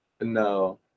no